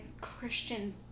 Christian